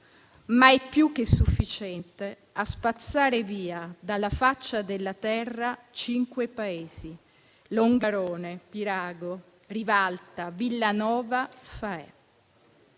Ma è più che sufficiente a spazzare via dalla faccia della terra cinque paesi: Longarone, Pirago, Rivalta, Villanova, Faè».